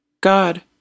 God